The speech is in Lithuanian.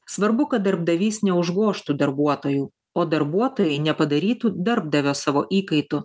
svarbu kad darbdavys neužgožtų darbuotojų o darbuotojai nepadarytų darbdavio savo įkaitu